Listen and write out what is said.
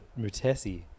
Mutesi